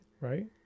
Right